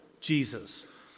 Jesus